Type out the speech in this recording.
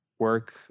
Work